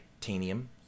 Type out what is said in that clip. titanium